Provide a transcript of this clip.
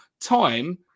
time